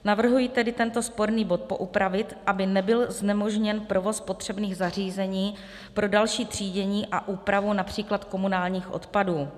Navrhuji tedy tento sporný bod poupravit, aby nebyl znemožněn provoz potřebných zařízení pro další třídění a úpravu například komunálních odpadů.